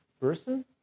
person